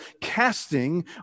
casting